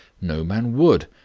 no man would.